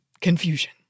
confusion